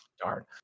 Darn